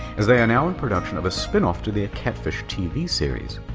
as they are now in production of a spin-off to their catfish tv series.